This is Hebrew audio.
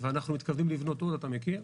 ואנחנו מתכוונים לבנות עוד, אתה מכיר.